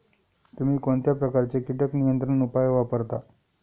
तुम्ही कोणत्या प्रकारचे कीटक नियंत्रण उपाय वापरता?